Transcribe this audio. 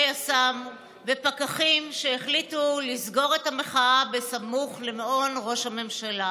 יס"מ ופקחים שהחליטו לסגור את המחאה סמוך למעון ראש הממשלה.